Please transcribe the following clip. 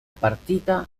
partita